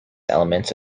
elements